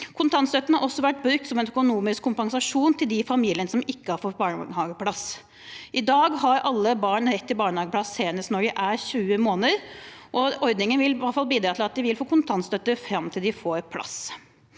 Kontantstøtten har også vært brukt som en økonomisk kompensasjon til de familiene som ikke har fått barnehageplass. I dag har alle barn rett til barnehageplass senest når barnet er 20 måneder, og ordningen vil i hvert fall bidra til at de vil få kontantstøtte fram til de får plass.